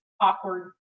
awkward